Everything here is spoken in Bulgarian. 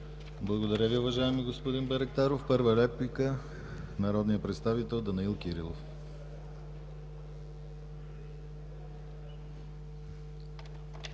Благодаря Ви, уважаеми господин Байрактаров. Първа реплика – народният представител Данаил Кирилов.